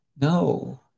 no